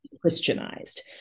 Christianized